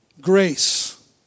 grace